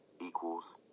equals